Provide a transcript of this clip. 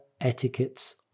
etiquettes